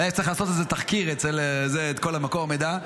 נראה לי שצריך לעשות איזה תחקיר על כל מקור מידע.